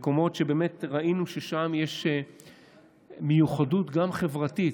מקומות שבאמת ראינו ששם יש מיוחדות, גם חברתית.